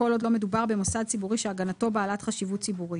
'כל עוד לא מדובר במוסד ציבורי שהגנתו בעלת חשיבות ציבורית'.